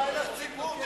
מה, הציבור.